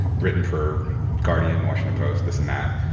written for guardian, washington post, this and that,